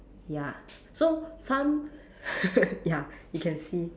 ya so some ya you can see